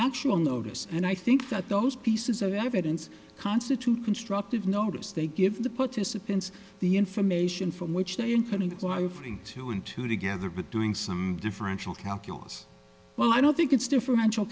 actual notice and i think that those pieces of evidence constitute constructive notice they give the participants the information from which they including live three two and two together but doing some differential calculus well i don't think it's differential